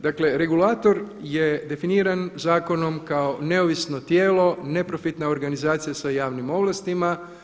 Dakle regulator je definiran zakonom kao neovisno tijelo, neprofitna organizacija sa javnim ovlastima.